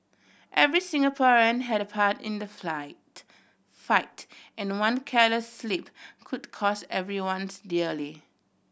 every Singaporean had a part in the flight fight and one careless slip could cost everyone's dearly